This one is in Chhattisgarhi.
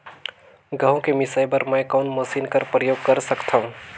गहूं के मिसाई बर मै कोन मशीन कर प्रयोग कर सकधव?